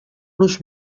los